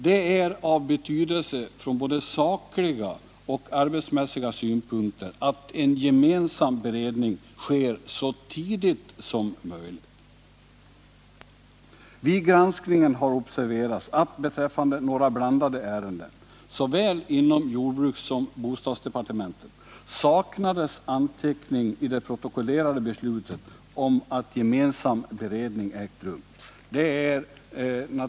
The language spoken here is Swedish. Det är av betydelse från både sakliga och arbetsmässiga synpunkter att gemensam beredning sker så tidigt som möjligt. Vid granskningen har observerats att beträffande några blandade ärenden — inom såväl jordbrukssom bostadsdepartementet — saknades anteckning idet protokollerade beslutet om att gemensam beredning ägt rum.